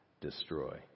destroy